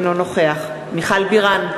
אינו נוכח מיכל בירן,